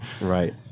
Right